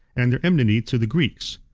and their enmity to the greeks.